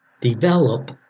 develop